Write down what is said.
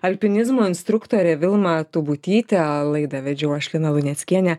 alpinizmo instruktorę vilmą tubutytę laidą vedžiau aš lina luneckienė